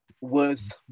worth